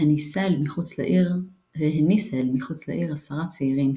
והניסה אל מחוץ לעיר עשרה צעירים,